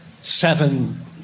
seven